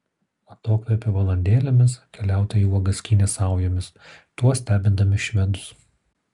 atokvėpio valandėlėmis keliautojai uogas skynė saujomis tuo stebindami švedus